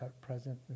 present